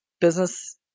business